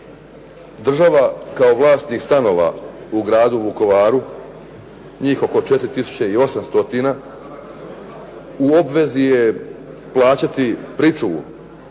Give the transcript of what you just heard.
država kao vlasnik stanova u gradu Vukovaru, njih oko 4 800 u obvezi je plaćati pričuvu